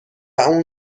اون